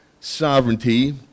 sovereignty